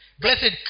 Blessed